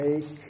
Take